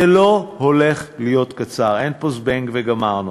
זה לא הולך להיות קצר, אין פה "זבנג וגמרנו".